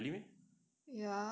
ya